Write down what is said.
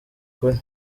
ukuri